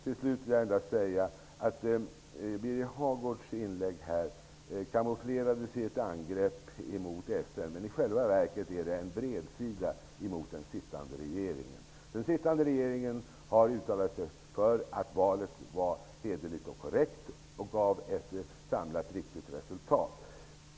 Birger Hagårds inlägg kamouflerades som ett angrepp mot FN. Men i själva verket är det en bredsida mot den sittande regeringen. Den har uttalat sig för att valet var hederligt och korrekt och gav ett samlat riktigt resultat.